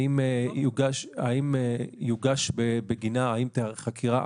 האם יוגש בגינה או תיערך בגינה חקירה,